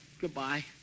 Goodbye